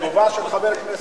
דיון אינטלקטואלי,